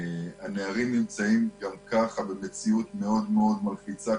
הנערים נמצאים גם ככה במציאות מאוד מאוד מלחיצה,